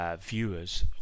Viewers